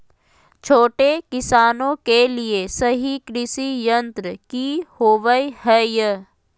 छोटे किसानों के लिए सही कृषि यंत्र कि होवय हैय?